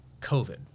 COVID